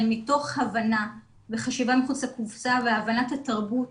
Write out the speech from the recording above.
אבל מתוך הבנה וחשיבה מחוץ לקופסה והבנת התרבות